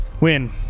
Win